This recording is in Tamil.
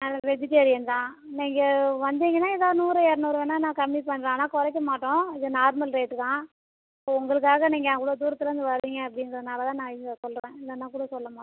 அது வெஜிடேரியன் தான் நீங்கள் வந்தீங்கன்னா எதாவது நூறு இரநூறு வேணா நான் கம்மி பண்ணுறேன் ஆனால் குறைக்கமாட்டோம் இது நார்மல் ரேட்டு தான் இப்போ உங்களுக்காக நீங்கள் அவ்வளோ தூரத்துலேருந்து வரீங்க அப்படிங்கிறதனால தான் நான் இவ்வளோ சொல்லுற இல்லைனா கூட சொல்லமாட்டேன்